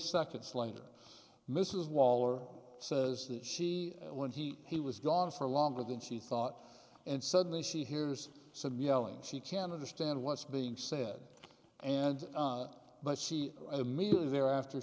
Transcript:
seconds later mrs waller says that she when he he was gone for longer than she thought and suddenly she hears some yelling she can't understand what's being said and but she immediately thereafter